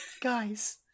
Guys